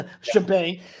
champagne